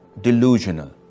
delusional